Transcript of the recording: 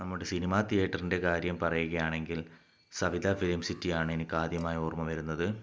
നമ്മുടെ സിനിമ തീയേറ്ററിൻ്റെ കാര്യം പറയുകയാണെങ്കിൽ സവിത ഫിലിം സിറ്റി ആണ് എനിക്ക് ആദ്യമായി ഓർമ്മ വരുന്നത്